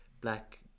black